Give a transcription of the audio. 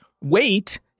wait